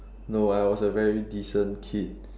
no I was a very decent kid